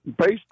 Based